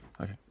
Okay